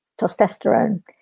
testosterone